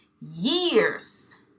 years